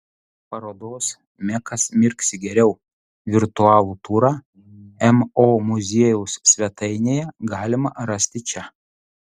parodos mekas mirksi geriau virtualų turą mo muziejaus svetainėje galima rasti čia